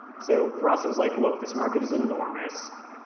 so for us, it was like, look, this market is enormous,